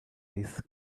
risk